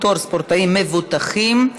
פטור ספורטאים מבוטחים),